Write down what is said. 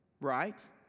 right